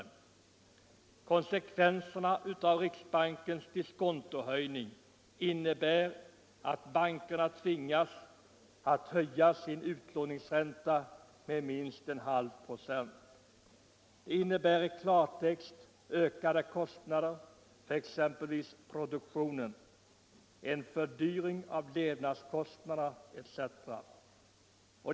En konsekvens av denna riksbankens diskontohöjning blir att bankerna tvingas höja sin utlåningsränta med minst 1/2 26, och detta innebär i klartext ökade kostnader för produktionen, fördyring av levnadskostnaderna osv.